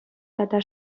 тата